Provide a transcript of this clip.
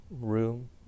room